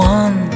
one